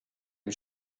and